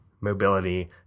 mobility